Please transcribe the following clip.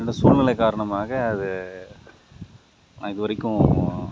என்னோட சூழ்நிலை காரணமாக அது நான் இதுவரைக்கும்